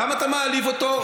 למה אתה מעליב אותו?